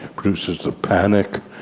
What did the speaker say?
produces the panic,